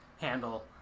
handle